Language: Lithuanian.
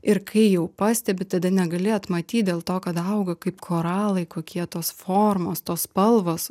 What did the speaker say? ir kai jau pastebi tada negali atmatyt dėl to kad auga kaip koralai kokie tos formos tos spalvos